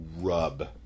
Rub